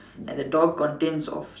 and the door contains of